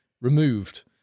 removed